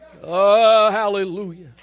Hallelujah